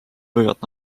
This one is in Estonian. võivad